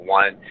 one